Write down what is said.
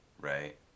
right